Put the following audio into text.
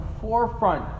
forefront